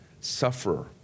sufferer